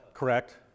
Correct